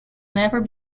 never